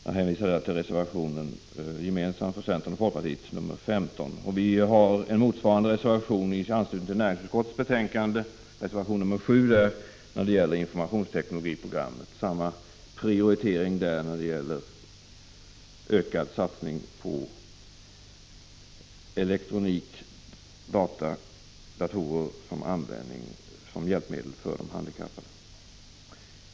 Jag hänvisar här till reservation 15, gemensam för centern och folkpartiet. Vi har en motsvarande reservation i anslutning till näringsutskottets betänkande, reservation 7, om informationsteknologiprogrammet. Vi begär samma prioritering där när det gäller ökade satsningar på elektronik, data och datorer som när det gäller hjälpmedel för de handikappade.